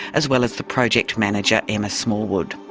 as well as the project manager emma smallwood.